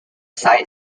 site